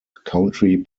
country